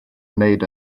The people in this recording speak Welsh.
wneud